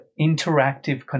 interactive